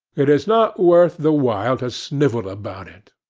it is not worth the while to snivel about it.